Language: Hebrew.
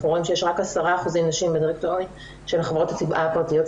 אנחנו רואים שיש רק 10% נשים בדירקטוריונים של חברות הפרטיות,